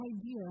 idea